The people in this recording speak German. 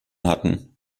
hatten